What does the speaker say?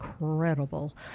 incredible